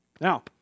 Now